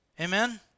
Amen